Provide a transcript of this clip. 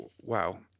wow